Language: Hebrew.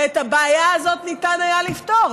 ואת הבעיה הזאת ניתן היה לפתור.